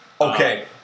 Okay